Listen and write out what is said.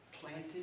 planted